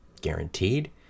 guaranteed